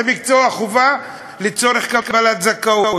זה מקצוע חובה לצורך קבלת זכאות.